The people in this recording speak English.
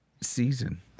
season